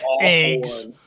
eggs